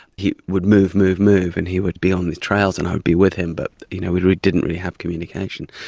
he would move, move, move and he would be on the trails and i'd be with him, but you know we didn't really have communication.